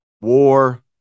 war